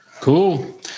Cool